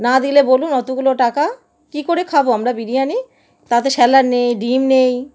না দিলে বলুন অতগুলো টাকা কি করে খাব আমরা বিরিয়ানি তাতে স্যালাড নেই ডিম নেই